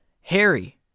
Harry